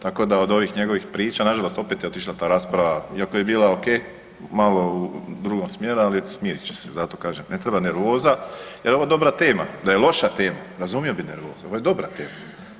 Tako da od ovih priča, nažalost opet je otišla ta rasprava iako je bila okej, malo u drugom smjeru, ali smirit će se, zato kažem ne treba nervoza jer je ovo dobra tema, da je loša tema razumio bi nervozu, ovo je dobra tema.